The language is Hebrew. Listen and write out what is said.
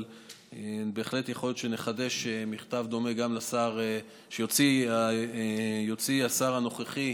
אבל בהחלט יכול להיות שנחדש מכתב דומה שיוציא השר הנוכחי